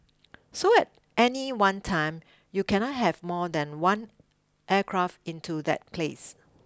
so at any one time you cannot have more than one aircraft into that place